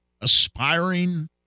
aspiring